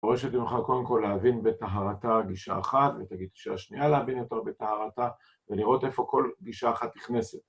ברור שאני מוכרח קודם כל להבין בטהרתה גישה אחת, ותגיד, גישה שנייה, להבין יותר בטהרתה ולראות איפה כל גישה אחת נכנסת.